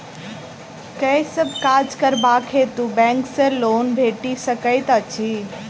केँ सब काज करबाक हेतु बैंक सँ लोन भेटि सकैत अछि?